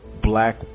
black